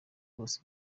bose